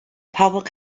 public